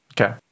Okay